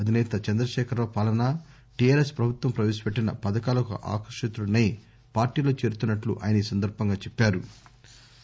అధినేత చంద్రశేఖరరావు పాలన టీఆర్ఎస్ ప్రభుత్వం ప్రవేశపెట్టిన పథకాలకు ఆకర్షితుడిసై పార్టీలో చేరుతున్నట్టు చెప్పారు